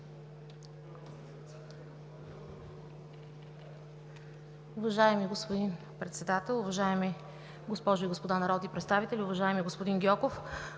Уважаеми господин Председател, уважаеми госпожи и господа народни представители! Уважаеми господин Шопов,